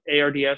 ARDS